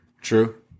True